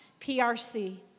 PRC